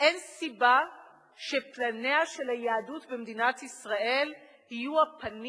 אין סיבה שפניה של היהדות במדינת ישראל יהיו הפנים